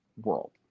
world